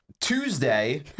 Tuesday